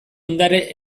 ondare